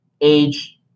age